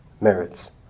merits